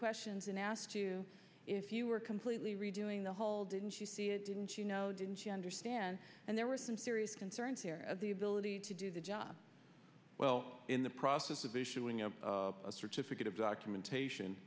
questions and asked to if you were completely redoing the hall didn't you see it didn't you know didn't you understand and there were some serious concerns here at the ability to do the job well in the process of issuing a certificate of documentation